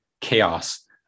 chaos